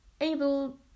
Able